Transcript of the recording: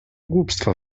głupstwa